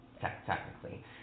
technically